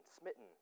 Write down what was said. smitten